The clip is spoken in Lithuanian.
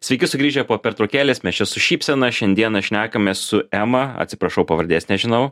sveiki sugrįžę po pertraukėlės mes čia su šypsena šiandieną šnekamės su ema atsiprašau pavardės nežinau